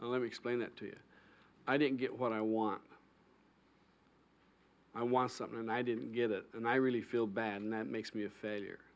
let me explain it to you i didn't get what i want i want something and i didn't get it and i really feel bad and that makes me a failure